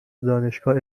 دانشگاه